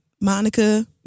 Monica